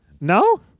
no